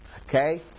Okay